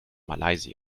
malaysia